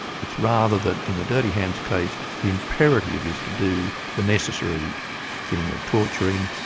it's rather that in the dirty hands case, the imperative is to do the necessary thing of torturing,